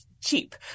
cheap